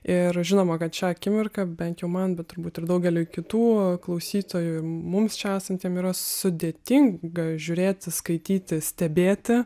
ir žinoma kad šią akimirką bent jau man bet turbūt ir daugeliui kitų klausytojų mums čia esantiem yra sudėtinga žiūrėti skaityti stebėti